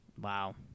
wow